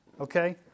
okay